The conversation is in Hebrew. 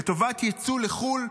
לטובת יצוא לחו"ל,